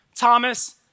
Thomas